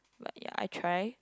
but ya I try